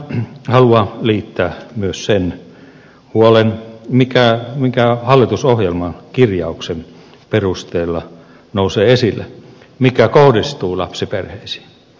tähän haluan liittää myös sen huolen mikä hallitusohjelman kirjauksen perusteella nousee esille mikä kohdistuu lapsiperheisiin